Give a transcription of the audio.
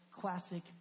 classic